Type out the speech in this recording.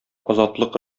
азатлык